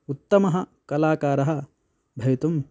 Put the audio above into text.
उत्तमः कलाकारः भवितुम्